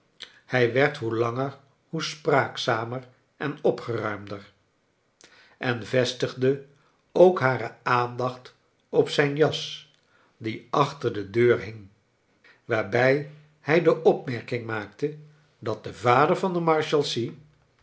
hij werd hoe langer hoe spraakzamer en opgeruimder en vestigde ook hare aandacht op zijn jas die achter de deur hing waarbij hij de opmerking maakte dat de vader van de marshalsea